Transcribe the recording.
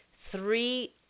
three